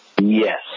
Yes